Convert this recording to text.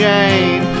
Jane